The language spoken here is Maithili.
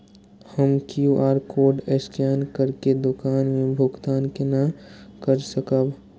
हम क्यू.आर कोड स्कैन करके दुकान में भुगतान केना कर सकब?